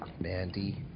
Mandy